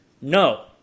no